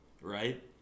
right